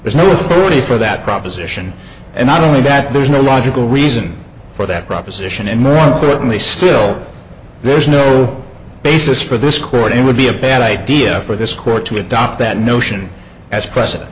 there's no authority for that proposition and not only that there's no logical reason for that proposition and more importantly still there's no basis for this court it would be a bad idea dia for this court to adopt that notion